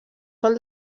sol